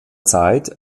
zeit